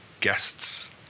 guests